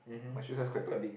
my shoe size quite big